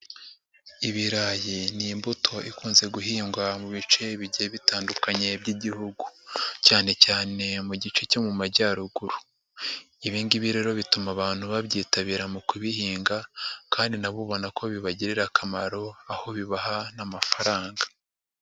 Ibirayi ni imbuto ikunze guhingwa mu bice bigiye bitandukanye by'Igihugu cyane cyane mu gice cyo mu majyaruguru. Ibi ngibi rero bituma abantu babyitabira mu kubihinga kandi na bo ubona ko bibagirira akamaro aho bibaha n'amafaranga.